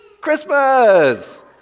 Christmas